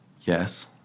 Yes